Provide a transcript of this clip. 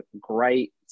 great